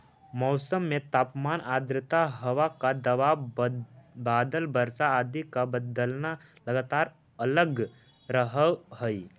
मौसम में तापमान आद्रता हवा का दबाव बादल वर्षा आदि का बदलना लगातार लगल रहअ हई